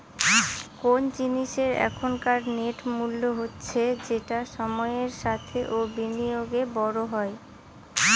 কোন জিনিসের এখনকার নেট মূল্য হচ্ছে যেটা সময়ের সাথে ও বিনিয়োগে বড়ো হয়